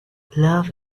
love